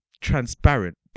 transparent